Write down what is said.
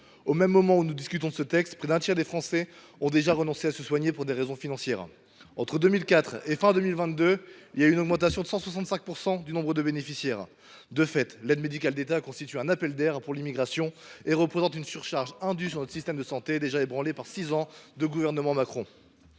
Au moment même où nous discutons de ce texte, près d’un tiers des Français a déjà renoncé à se soigner pour des raisons financières. Entre 2004 et la fin de l’année 2022, on a enregistré une augmentation de 165 % du nombre de bénéficiaires. De fait, l’aide médicale de l’État constitue un appel d’air pour l’immigration et représente une surcharge indue pour notre système de santé déjà ébranlé par six ans de gouvernement Macron.